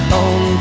own